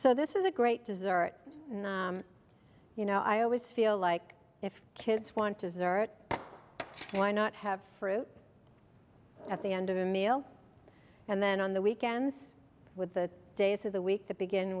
so this is a great dessert you know i always feel like if kids want to zurich why not have fruit at the end of the meal and then on the weekends with the days of the week that begin